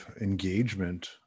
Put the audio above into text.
engagement